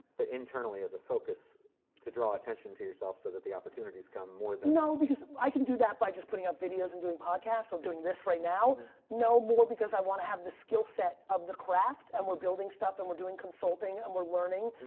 the internally as a focus to draw attention to yourself so that the opportunities come more than no, because i can do that by just putting up videos and doing podcasts or doing this right now no more because i want to have the skill set of the craft and we're building stuff and we're doing consulting and we're learning,